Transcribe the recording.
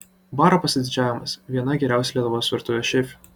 baro pasididžiavimas viena geriausių lietuvos virtuvės šefių